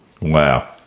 Wow